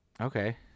Okay